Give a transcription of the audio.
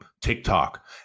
TikTok